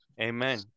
amen